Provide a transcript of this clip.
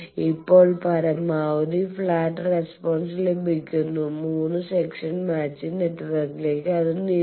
ഇപ്പോൾ പരമാവധി flat response ലഭിക്കുന്നതിന് 3 സെക്ഷൻ മാച്ചിങ് നെറ്റ്വർക്കിലേക്ക് അത് നീട്ടുക